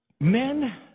Men